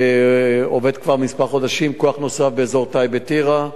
שכבר עובד כמה חודשים, כוח נוסף באזור טייבה טירה,